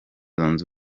zunze